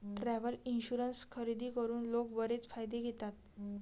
travel insurance खरेदी करून लोक बरेच फायदे घेतात